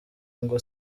ngo